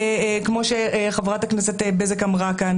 כמו שחברת הכנסת בזק אמרה כאן